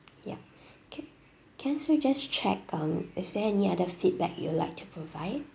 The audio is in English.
yup can can I please just check um is there any other feedback you would like to provide